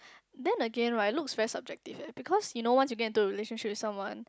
then again right looks very subjective eh because you know once you get into relationship with someone